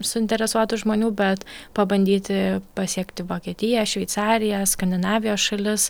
suinteresuotų žmonių bet pabandyti pasiekti vokietiją šveicariją skandinavijos šalis